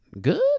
good